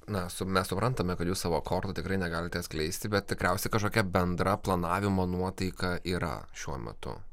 na su mes suprantame kad jūs savo kortų tikrai negalite atskleisti bet tikriausiai kažkokia bendra planavimo nuotaika yra šiuo metu